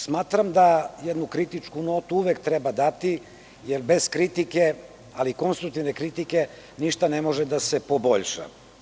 Smatram da jednu kritičku notu uvek treba dati, jer bez konstruktivne kritike ništa ne može da se poboljša.